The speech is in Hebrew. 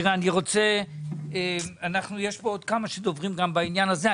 יש עוד כמה דוברים בעניין הזה,